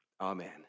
Amen